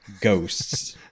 ghosts